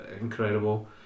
incredible